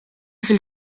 fil